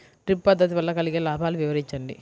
Drip పద్దతి వల్ల కలిగే లాభాలు వివరించండి?